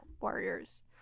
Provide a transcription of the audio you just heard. warriors